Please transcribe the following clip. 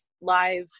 live